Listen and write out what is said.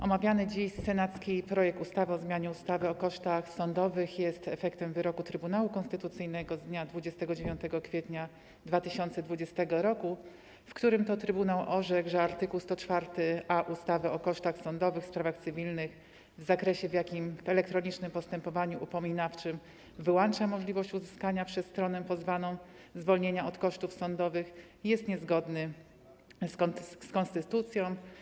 Omawiany dziś senacki projekt ustawy o zmianie ustawy o kosztach sądowych w sprawach cywilnych jest wynikiem wyroku Trybunału Konstytucyjnego z dnia 29 kwietnia 2020 r., w którym trybunał orzekł, że art. 104a ustawy o kosztach sądowych w sprawach cywilnych w zakresie, w jakim w elektronicznym postępowaniu upominawczym wyłącza możliwość uzyskania przez stronę pozwaną zwolnienia od kosztów sądowych, jest niezgodny z konstytucją.